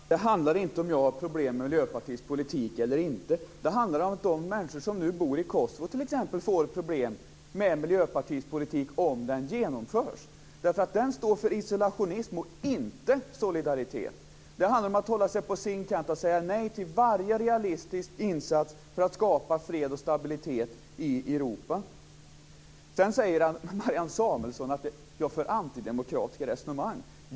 Fru talman! Det handlar inte om huruvida jag har problem med Miljöpartiets politik eller inte. Det handlar om att de människor som nu bor i Kosovo t.ex. får problem med Miljöpartiets politik om den genomförs. Den står för isolationism och inte solidaritet. Det handlar om att hålla sig på sin kant och säga nej till varje realistisk insats för att skapa fred och stabilitet i Europa. Sedan säger Marianne Samuelsson att jag för antidemokratiska resonemang.